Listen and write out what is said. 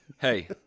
Hey